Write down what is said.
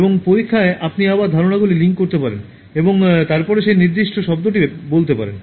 " এবং পরীক্ষায় আপনি আবার ধারণাগুলি লিঙ্ক করতে পারেন এবং তারপরে সেই নির্দিষ্ট শব্দটি বলতে পারবেন